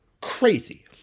Crazy